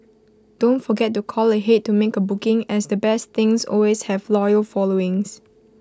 don't forget to call ahead to make A booking as the best things always have loyal followings